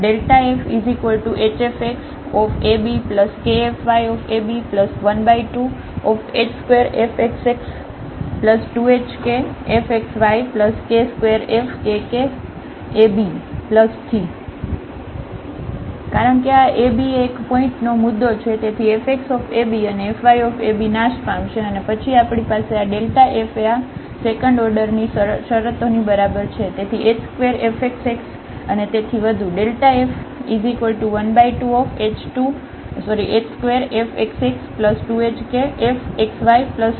fhfxabkfyab12h2fxx2hkfxyk2fkkab કારણ કે આ ab એ એક પોઇન્ટનો મુદ્દો છે તેથીfxab અને fyab નાશ પામશે અને પછી આપણી પાસે આ f એ આ સેકન્ડ ઓર્ડરની શરતોની બરાબર છે તેથી h2fxx અને તેથી વધુ